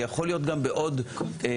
זה יכול להיות גם בעוד רשימות.